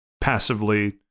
passively